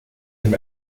him